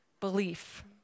Belief